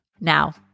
Now